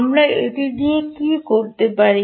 আমরা এটি দিয়ে কি করতে পারি